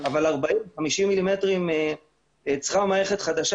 אבל 50-40 מילימטרים צריכה מערכת חדשה